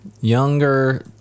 younger